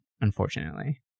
unfortunately